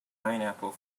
pineapple